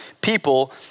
people